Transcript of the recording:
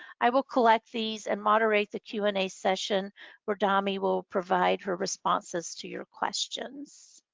i will collect these and moderate the q and a session where dami will provide her responses to your questions.